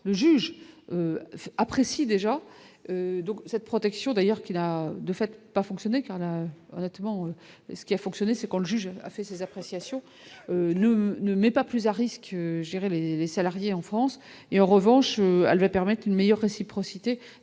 le juge apprécie déjà donc cette protection d'ailleurs. Il a de fait pas fonctionner quand même, notamment en ce qui a fonctionné, c'est quand le juge a fait ses appréciations ne ne met pas plus à risques, gérer les les salariés en France et en revanche, elle va permettre une meilleure réciprocité